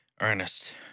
Ernest